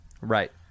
right